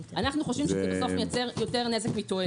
אנחנו חושבים שזה מייצר יותר נזק מתועלת.